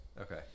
Okay